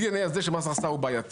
הדי-אן-איי הזה של מס הכנסה הוא בעייתי,